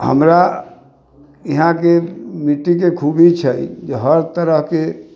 हमरा यहाँके मिट्टीके खूबी छै जे हर तरहके